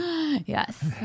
Yes